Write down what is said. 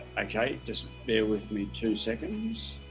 okay just bare with me two seconds